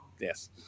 yes